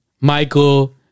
Michael